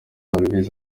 olvis